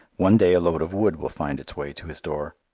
one day a load of wood will find its way to his door.